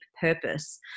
purpose